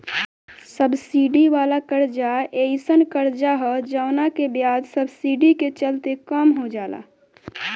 subsidy वाला कर्जा एयीसन कर्जा ह जवना के ब्याज सब्सिडी के चलते कम हो जाला